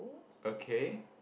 okay